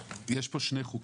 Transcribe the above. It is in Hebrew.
יש כאן שתי הצעות חוק